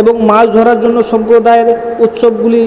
এবং মাছ ধরার জন্য সম্প্রদায়ের উৎসবগুলি